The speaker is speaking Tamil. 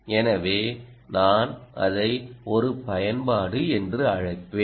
எனவே நான் அதை ஒரு பயன்பாடு என்று அழைப்பேன்